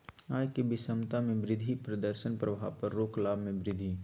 आय के विषमता में वृद्धि प्रदर्शन प्रभाव पर रोक लाभ में वृद्धि